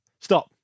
Stop